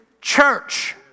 church